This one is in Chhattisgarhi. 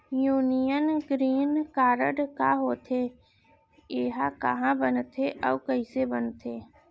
यूनियन ग्रीन कारड का होथे, एहा कहाँ बनथे अऊ कइसे बनथे?